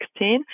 2016